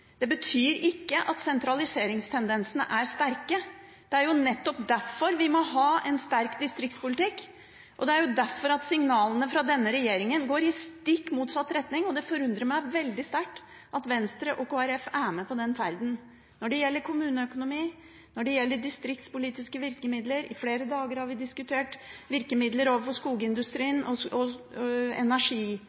Det betyr ikke at sentraliseringstendensene ikke er sterke. Det er jo nettopp derfor vi må ha en sterk distriktspolitikk, og det er da signalene fra denne regjeringen går i stikk motsatt retning. Det forundrer meg veldig sterkt at Venstre og Kristelig Folkeparti er med på den ferden når det gjelder kommuneøkonomi, og når det gjelder distriktspolitiske virkemidler. I flere dager har vi diskutert virkemidler overfor skogindustrien og